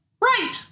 Right